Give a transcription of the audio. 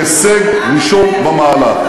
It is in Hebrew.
הישג ראשון במעלה.